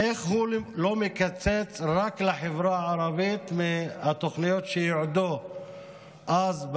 איך הוא לא מקצץ רק לחברה הערבית מהתוכניות שיועדו אז,